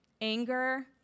anger